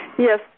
Yes